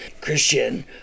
Christian